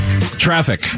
Traffic